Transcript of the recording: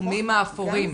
התחומים האפורים,